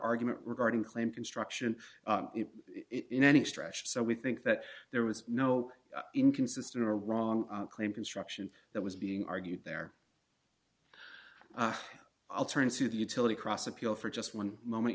argument regarding claim construction in any stretch so we think that there was no inconsistent or wrong claim construction that was being argued there i'll turn to the utility cross appeal for just one moment